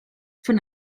von